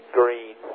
green